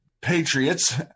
patriots